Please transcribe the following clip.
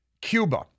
Cuba